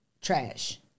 trash